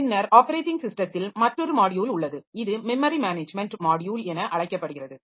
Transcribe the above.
பின்னர் ஆப்பரேட்டிங் ஸிஸ்டத்தில் மற்றொரு மாட்யுல் உள்ளது இது மெமரி மேனேஜ்மென்ட் மாட்யுல் என அழைக்கப்படுகிறது